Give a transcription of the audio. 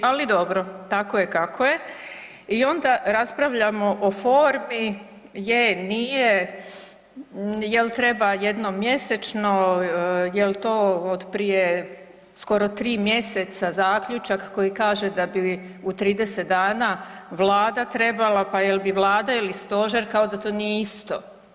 Ali dobro, tako je kako je i onda raspravljamo o formi, je, nije, jel' treba jednom mjesečno, jel' to od prije skoro 3 mjeseca zaključak koji kaže da bi u 30 dana Vlada trebala, pa jel' bi Vlada ili Stožer kao da to nije isto.